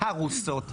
הרוסות,